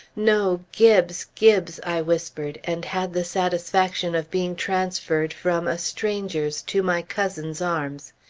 no! gibbes! gibbes! i whispered, and had the satisfaction of being transferred from a stranger's to my cousin's arms.